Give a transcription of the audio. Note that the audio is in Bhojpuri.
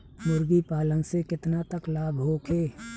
मुर्गी पालन से केतना तक लाभ होखे?